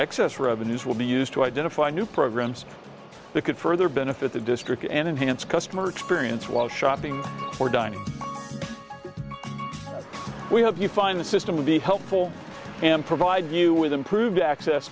excess revenues will be used to identify new programs that could further benefit the district and enhance customer experience while shopping for dining we have you find the system would be helpful and provide you with improved access